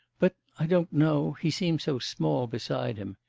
but i don't know, he seems so small beside him.